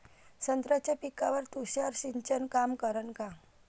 संत्र्याच्या पिकावर तुषार सिंचन काम करन का?